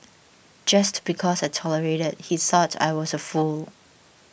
just because I tolerated he thought I was a fool